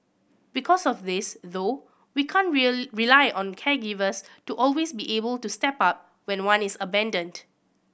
because of this though we can't rely on caregivers to always be able to step up when one is abandoned